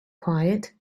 quiet